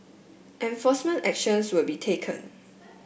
enforcement actions will be taken